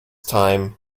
time